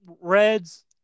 reds